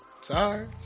sorry